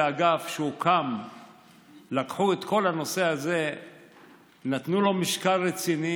זה אגף שהוקם לאחר שלקחו את כל הנושא הזה ונתנו לו משקל רציני,